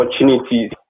opportunities